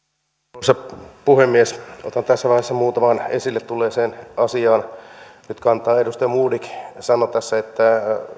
arvoisa puhemies otan tässä vaiheessa muutamaan esille tulleeseen asiaan nyt kantaa edustaja modig sanoi tässä että